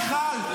מיכל,